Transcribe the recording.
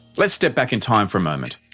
let's step back in time for a moment.